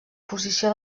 posició